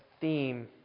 theme